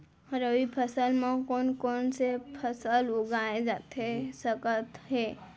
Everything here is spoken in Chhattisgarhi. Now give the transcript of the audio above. रबि फसल म कोन कोन से फसल उगाए जाथे सकत हे?